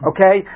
Okay